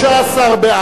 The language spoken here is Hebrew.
13 בעד,